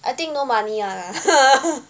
I think no money ah lah